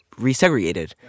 resegregated